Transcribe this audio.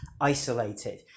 isolated